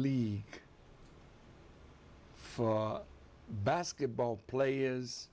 lead for basketball players